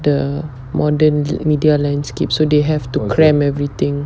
the modern media landscape so they have to cramp everything